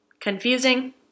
confusing